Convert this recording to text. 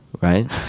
Right